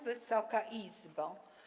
Wysoka Izbo!